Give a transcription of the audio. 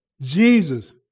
Jesus